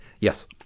Yes